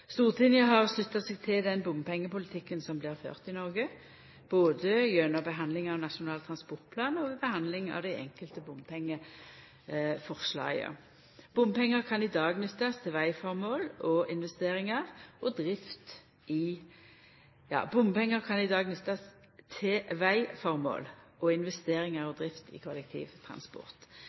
Stortinget har slutta seg til den bompengepolitikken som blir ført i Noreg – både gjennom handsaming av Nasjonal transportplan og ved handsaming av dei einskilde bompengeframlegga. Bompengar kan i dag nyttast til vegføremål og investeringar og drift i kollektivtransport. Dette er bruksområde som Stortinget har gjeve si tilslutning til